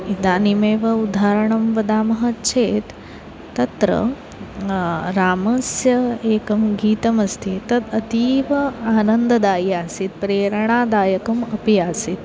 इदानीमेव उदाहरणं वदामः चेत् तत्र रामस्य एकं गीतमस्ति तत् अतीव आनन्ददायकम् आसीत् प्रेरणादायकम् अपि आसीत्